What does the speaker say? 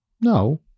no